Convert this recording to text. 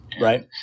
Right